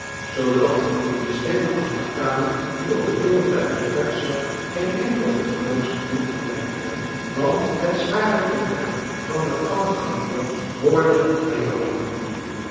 zoodat in de stille achterkamer die op het dorre tuintje uitzag geen enkel gedruisch hem afleiden kon want het zware tiktak van de oude gangklok hoorde hij al lang niet meer